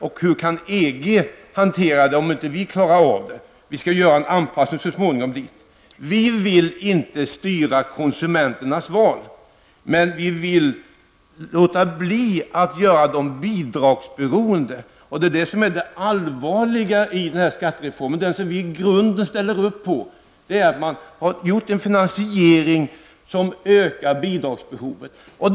Och hur kan EG hantera detta om inte vi kommer att klara av det? Vi skall ju så småningom göra en anpassning till EG. Vi vill inte styra konsumenternas val, men vi vill låta bli att göra dem bidragsberoende. Det är det som är det allvarliga i skattereformen. Vad vi i grunden inte ställer upp på är att man i skattereformen har gjort en finansiering som ökar bidragsbehovet.